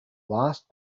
last